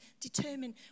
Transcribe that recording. determined